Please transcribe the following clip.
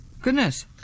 Goodness